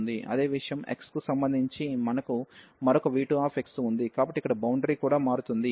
అదే విషయం x కి సంబంధించి మనకు మరొక v2x ఉంది కాబట్టి ఇక్కడ బౌండరీ కూడా మారుతుంది